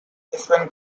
spent